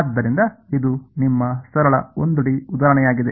ಆದ್ದರಿಂದ ಇದು ನಿಮ್ಮ ಸರಳ 1 ಡಿ ಉದಾಹರಣೆಯಾಗಿದೆ